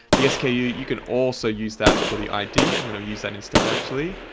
the sku, you you can also use that for the id. i'm going to use that instead, actually.